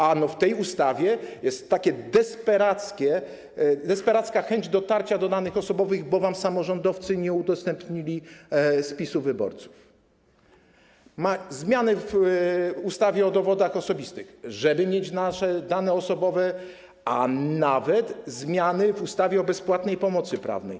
Ano w tej ustawie jest taka desperacka chęć dotarcia do danych osobowych, bo samorządowcy nie udostępnili wam spisu wyborców, są zmiany w ustawie o dowodach osobistych, żeby mieć nasze dane osobowe, a nawet zmiany w ustawie o nieodpłatnej pomocy prawnej.